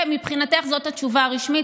מבחינתך, זאת התשובה הרשמית.